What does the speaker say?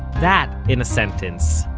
that, in a sentence,